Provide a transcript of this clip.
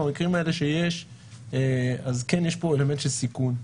אבל המקרים האלה שיש אז כן יש פה אלמנט של סיכון.